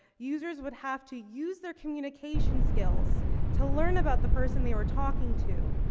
users would have to use their communication skills to learn about the person they were talking to.